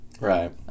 Right